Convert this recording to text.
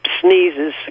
sneezes